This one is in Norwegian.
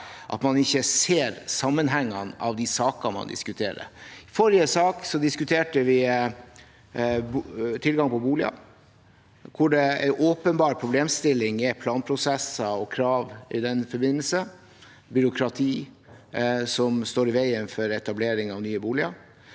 forslag, ikke ser sammenhengen i de sakene man diskuterer. I forrige sak diskuterte vi tilgang på boliger, hvor en åpenbar problemstilling er planprosesser og krav i den forbindelse, byråkrati som står i veien for etablering av nye boliger.